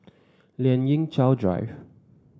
Lien Ying Chow Drive